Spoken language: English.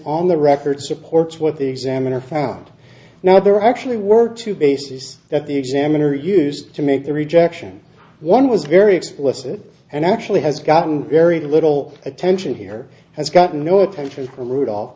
on the record supports what the examiner found now there are actually work to bases that the examiner used to make the rejection one was very explicit and actually has gotten very little attention here has gotten no attention from rudolph